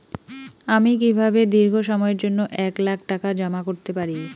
আমি কিভাবে দীর্ঘ সময়ের জন্য এক লাখ টাকা জমা করতে পারি?